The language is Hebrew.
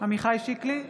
עמיחי שיקלי,